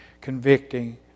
convicting